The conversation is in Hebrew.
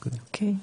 אוקיי.